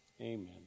Amen